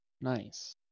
Nice